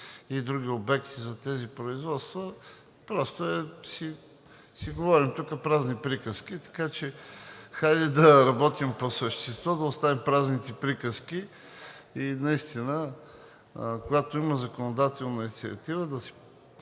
и други обекти за тези производства, просто си говорим тук празни приказки. Така че хайде да работим по същество. Да оставим празните приказки и наистина когато има законодателна инициатива да се